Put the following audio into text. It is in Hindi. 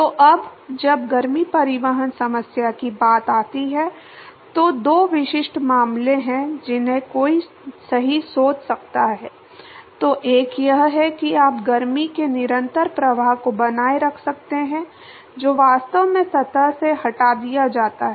तो अब जब गर्मी परिवहन समस्या की बात आती है तो दो विशिष्ट मामले हैं जिन्हें कोई सही सोच सकता है तो एक यह है कि आप गर्मी के निरंतर प्रवाह को बनाए रख सकते हैं जो वास्तव में सतह से हटा दिया जाता है